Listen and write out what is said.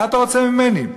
מה אתה רוצה ממני?